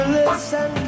listen